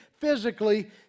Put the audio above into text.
physically